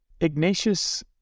Ignatius